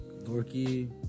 dorky